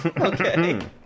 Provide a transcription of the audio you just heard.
Okay